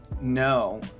No